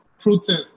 protest